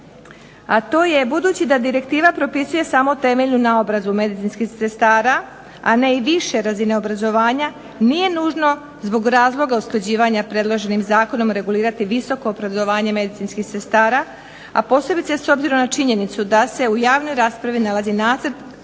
a to je: Budući da direktiva propisuje samo temeljnu naobrazbu medicinskih sestara a ne i više razine obrazovanja nije nužno zbog razloga usklađivanja predloženim zakonom regulirati visoko obrazovanje medicinskih sestara a posebice s obzirom na činjenicu da se u javnoj raspravi nalazi Nacrt